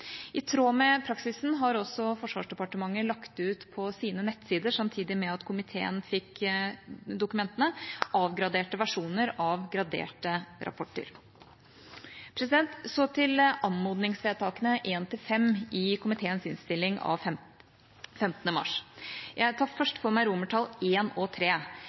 I tråd med praksisen har også Forsvarsdepartementet lagt ut på sine nettsider – samtidig med at komiteen fikk dokumentene – avgraderte versjoner av graderte rapporter. Så til anmodningsvedtakene I–V i komiteens innstilling av 15. mars: Jeg tar først for meg I og